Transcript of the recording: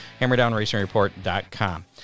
HammerdownRacingReport.com